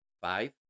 five